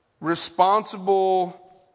responsible